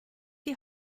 die